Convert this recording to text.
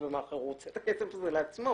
בשירותי המאכער אלא לקבל את כל הכסת למימון פעולותיו.